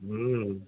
ह्म्